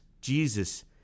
Jesus